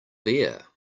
there